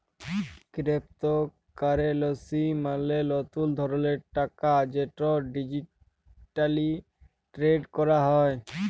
কেরেপ্তকারেলসি মালে লতুল ধরলের টাকা যেট ডিজিটালি টেরেড ক্যরা হ্যয়